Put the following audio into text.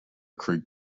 creek